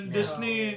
disney